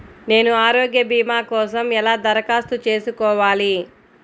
నేను ఆరోగ్య భీమా కోసం ఎలా దరఖాస్తు చేసుకోవాలి?